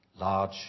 large